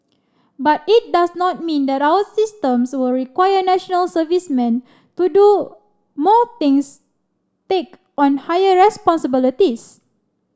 but it does not mean that our systems will require National Servicemen to do more things take on higher responsibilities